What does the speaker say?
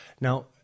Now